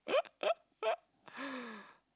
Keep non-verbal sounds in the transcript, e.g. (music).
(laughs)